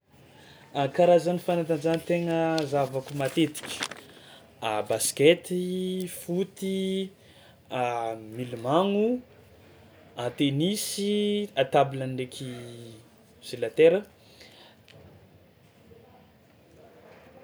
A karazany fanatanjahantegna zahavako matetiky: a baskety, foty, milomagno, a tenisy a table ndraiky sur la terre.